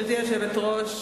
גברתי היושבת-ראש,